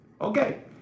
Okay